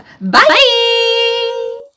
Bye